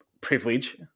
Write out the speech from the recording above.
privilege